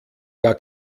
gar